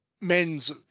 men's